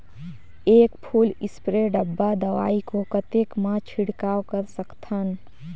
एक full spray डब्बा दवाई को कतेक म छिड़काव कर सकथन?